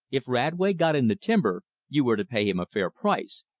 if radway got in the timber, you were to pay him a fair price.